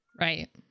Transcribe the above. right